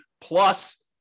plus